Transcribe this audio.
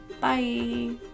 bye